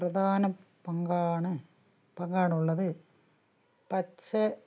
പ്രധാന പങ്കാണ് പങ്കാണുള്ളത് പച്ച